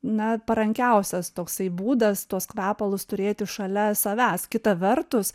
na parankiausias toksai būdas tuos kvepalus turėti šalia savęs kita vertus